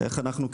איך אנחנו,